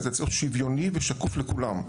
זה צריך להיות שוויוני ושקוף לכולם.